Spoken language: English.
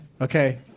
Okay